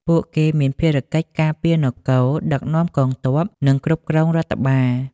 ពួកគេមានភារកិច្ចការពារនគរ ដឹកនាំកងទ័ព និងគ្រប់គ្រងរដ្ឋបាល។